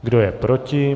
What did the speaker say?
Kdo je proti?